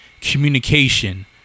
communication